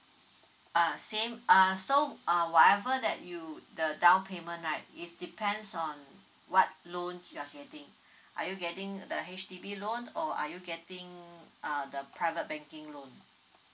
ah same uh so uh whatever that you the down payment right is depends on what loan you are getting are you getting the H_D_B loan or are you getting uh the private banking loan